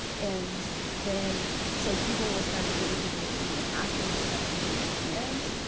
and then, so people will start engaging with you and asking you questions in your dms.